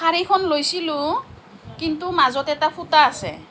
শাড়ীখন লৈছিলোঁ কিন্তু মাজত এটা ফুটা আছে